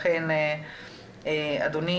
לכן אדוני,